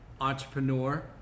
entrepreneur